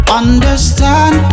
understand